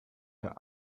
der